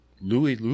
Louis